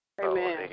Amen